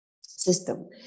system